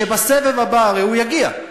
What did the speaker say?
שבסבב הבא, הרי הוא יגיע,